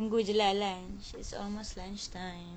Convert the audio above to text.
tunggu jer lah lunch is almost lunch time